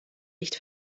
nicht